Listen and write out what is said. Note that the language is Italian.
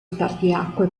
spartiacque